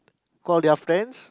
call their friends